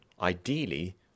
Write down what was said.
ideally